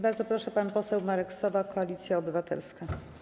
Bardzo proszę, pan poseł Marek Sowa, Koalicja Obywatelska.